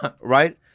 right